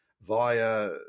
via